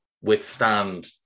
withstand